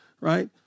right